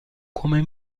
come